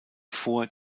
vor